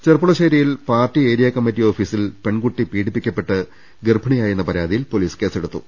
ചെർപ്പുളശേരിയിൽ party area committee ഓഫീസിൽ പെൺകുട്ടി പീഡിപ്പിക്കപ്പെട്ട് ഗർഭിണിയായെന്ന പരാതിയിൽ പൊലീസ് കേസെടുത്തു